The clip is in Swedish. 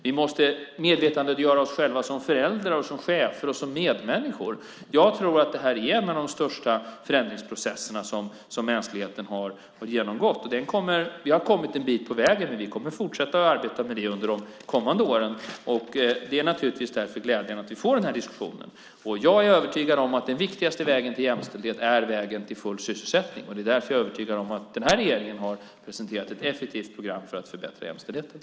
Vi måste medvetandegöra oss själva som föräldrar, chefer och medmänniskor. Jag tror att detta är en av de största förändringsprocesserna som mänskligheten har genomgått. Vi har kommit en bit på vägen, men vi kommer att fortsätta arbeta med det under de kommande åren. Det är därför glädjande att vi får denna diskussion. Jag är övertygad att den viktigaste vägen till jämställdhet är vägen till full sysselsättning. Det är därför jag är övertygad om att regeringen har presenterat ett effektivt program för att förbättra jämställdheten.